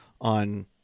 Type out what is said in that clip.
on